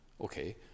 okay